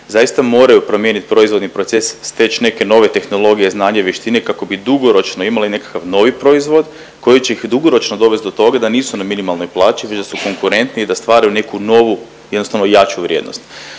zaista moraju promijenit proizvodni proces, steći neke nove tehnologije, znanja i vještine kako bi dugoročno imali nekakav novi proizvod koji će ih dugoročno dovest do toga da nisu na minimalnoj plaći već da su konkurentni i da stvaraju neku novu, jednostavno jaču vrijednost.